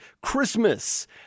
Christmas